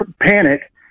panic